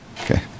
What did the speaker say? Okay